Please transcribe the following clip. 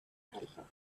helper